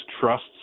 trusts